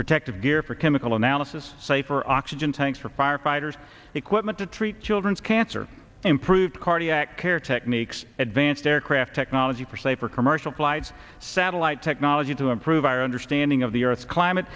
protective gear for chemical analysis say for oxygen tanks for firefighters equipment to treat children's cancer improved cardiac care techniques advanced aircraft technology for safer commercial flight satellite technology to improve our understanding of the earth's climate